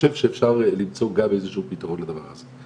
חושב שאפשר למצוא גם איזשהו פתרון לדבר הזה.